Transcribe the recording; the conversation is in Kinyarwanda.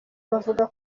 bavuga